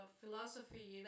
philosophy